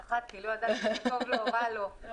פחדתי, לא ידעתי אם זה טוב לו או רע לו...